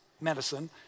medicine